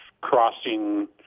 Crossing